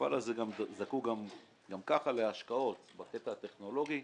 המפעל הזה זקוק גם ככה להשקעות בקטע הטכנולוגי.